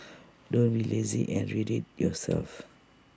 don't be lazy and read IT yourself